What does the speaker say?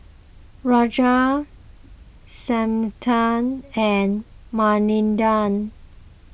Razia Santha and Manindra